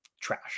trash